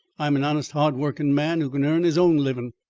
i'm an honest hard-workin' man who can earn his own livin',